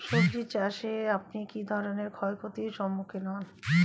সবজী চাষে আপনি কী ধরনের ক্ষয়ক্ষতির সম্মুক্ষীণ হন?